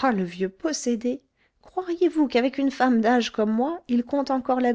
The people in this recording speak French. ah le vieux possédé croiriez-vous qu'avec une femme d'âge comme moi il conte encore la